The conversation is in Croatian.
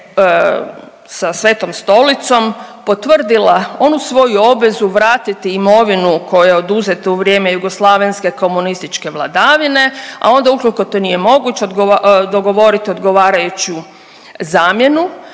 sa Svetom Stolicom potvrdila onu svoju obvezu vratiti imovinu koja je oduzeta u vrijeme jugoslavenske komunističke vladavine, a onda ukoliko to nije moguće, dogovorit odgovarajuću zamjenu,